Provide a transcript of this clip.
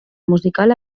musical